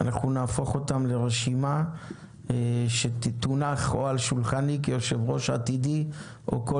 נהפוך אותם לרשימה שתונח על שולחני כיושב-ראש עתידי או כל